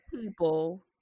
people